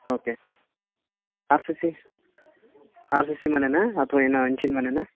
okay R C C R C C ಮನೆನಾ ಅಥವಾ ಏನೋ ಹೆಂಚಿನ ಮನೆನಾ